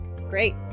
Great